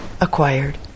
acquired